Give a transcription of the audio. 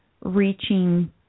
reaching